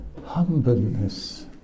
humbleness